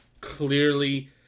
clearly